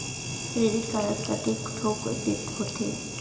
Credit card कतेक ठोक होथे?